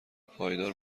پایدار